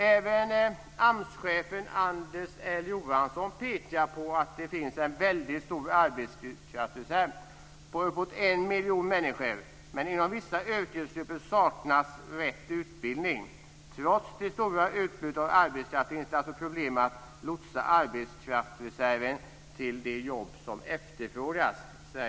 Även AMS-chefen Anders L Johansson pekar på att det finns en väldigt stor arbetskraftsreserv på uppåt en miljon människor, men inom vissa yrkesgrupper saknas rätt utbildning. Trots det stora utbudet av arbetskraft finns det alltså problem att lotsa arbetskraftsreserven till de jobb som efterfrågas.